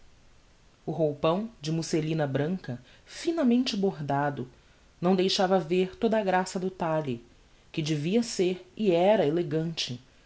o roupão de musselina branca finamente bordado não deixava ver toda a graça do talhe que devia ser e era elegante